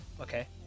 Okay